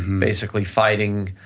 basically fighting,